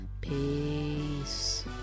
Peace